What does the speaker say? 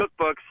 cookbooks